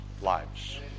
lives